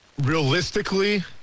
realistically